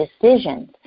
decisions